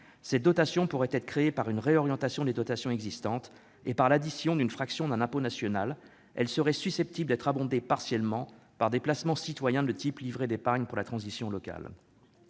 Cette dotation pourrait être créée grâce à une réorientation des dotations existantes et à l'addition d'une fraction d'un impôt national existant. Elle serait susceptible d'être abondée partiellement par des placements citoyens de type « livret d'épargne pour la transition locale